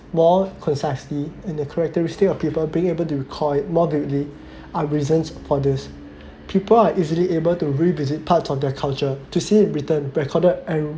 more concisely and the characteristic of people being able to recall it more deeply are reasons for this people are easily able to revisit part of their culture to see in written recorded and